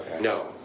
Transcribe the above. No